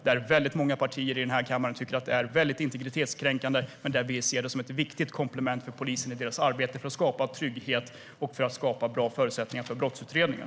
Men många partier i den här kammaren tycker att det är väldigt integritetskränkande medan vi ser det som ett viktigt komplement för polisen i deras arbete för att skapa trygghet och goda förutsättningar för brottsutredningar.